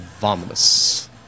vomitus